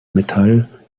metall